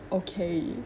okay